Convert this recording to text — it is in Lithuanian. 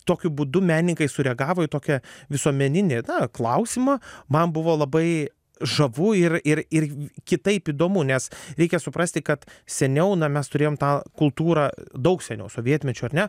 tokiu būdu menininkai sureagavo į tokią visuomeninė na klausimą man buvo labai žavu ir ir ir kitaip įdomu nes reikia suprasti kad seniau na mes turėjom tą kultūrą daug seniau sovietmečiu ar ne